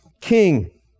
King